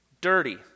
Dirty